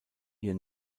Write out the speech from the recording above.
ihr